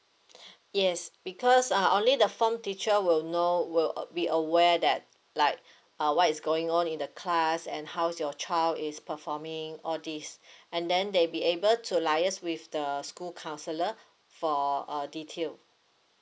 yes because uh only the form teacher will know will uh be aware that like uh what is going on in the class and how's your child is performing all this and then they be able to liaise with the school counselor for uh detail